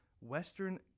Western